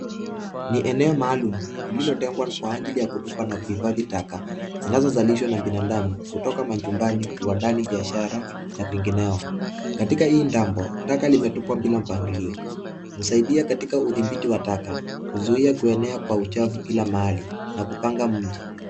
Ni eneo maalum lililo tengwa kwa ajili kutupa na kuweka taka zinazo zalishwa na binadamu kutoka mwa ndani biashara na vingineo. Katika hii mtambo taka lime tupwa bila mpangilio. Husaidia katika udhibiti wa taka kuzuia kuenea kwa uchafu kila mahali na kupanga mji.